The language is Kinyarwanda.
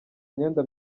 imyenda